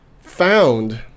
found